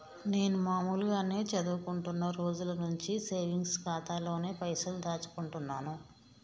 నేను మామూలుగానే చదువుకుంటున్న రోజుల నుంచి సేవింగ్స్ ఖాతాలోనే పైసలు దాచుకుంటున్నాను